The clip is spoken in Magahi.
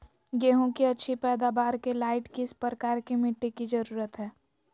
गेंहू की अच्छी पैदाबार के लाइट किस प्रकार की मिटटी की जरुरत है?